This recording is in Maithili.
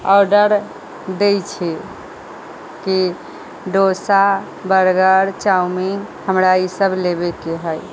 ऑर्डर दै छी की डोसा बर्गर चाऊमीन हमरा इसब लेबे के है